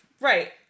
Right